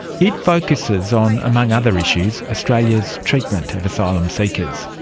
it focuses on, among other issues, australia's treatment of asylum seekers.